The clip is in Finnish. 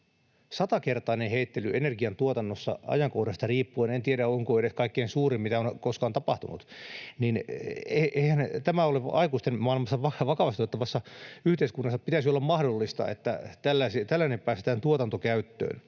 Satakertainen heittely energiantuotannossa ajankohdasta riippuen! En tiedä onko se edes kaikkein suurin, mitä on koskaan tapahtunut. Eihän tämän pitäisi olla aikuisten maailmassa, vakavasti otettavassa yhteiskunnassa, mahdollista, että tällainen päästetään tuotantokäyttöön.